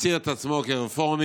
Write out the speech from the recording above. מציע את עצמו כרפורמי,